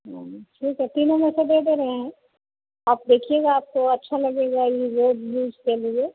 हाँ ठीक है तीनों में से देदे रहे हैं आप देखिएगा आपको अच्छा लगेगा लीजिए अब यूज़ कर लीजिए